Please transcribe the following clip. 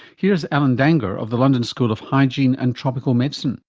here's alan dangour of the london school of hygiene and tropical medicine.